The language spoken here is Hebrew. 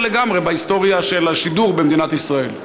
לגמרי בהיסטוריה של השידור במדינת ישראל.